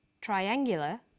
triangular